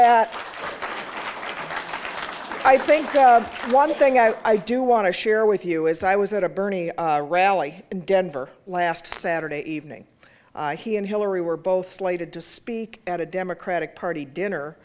that i think one thing i do want to share with you is i was at a bernie rally in denver last saturday evening he and hillary were both slated to speak at a democratic party dinner